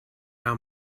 how